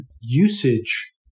usage